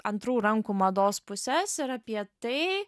antrų rankų mados puses ir apie tai